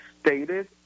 stated